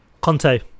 Conte